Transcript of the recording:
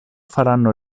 faranno